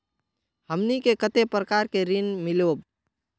हमनी के कते प्रकार के ऋण मीलोब?